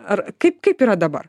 ar kaip kaip yra dabar